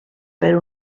per